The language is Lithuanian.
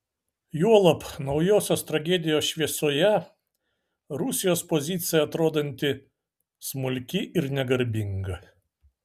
juolab naujosios tragedijos šviesoje rusijos pozicija atrodanti smulki ir negarbinga